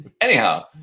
Anyhow